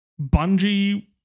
Bungie